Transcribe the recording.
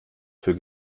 für